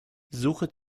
suche